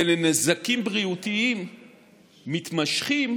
ולנזקים בריאותיים מתמשכים